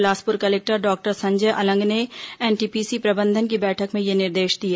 Bilaspur collector doctor Sanjay Alang ने NTPC प्रबंधन की बैठक में यह निर्देश दिए